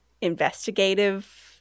investigative